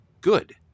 Good